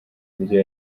buryo